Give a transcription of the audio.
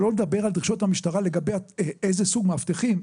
שלא לדבר על דרישות המשטרה לגבי איזה סוג מאבטחים.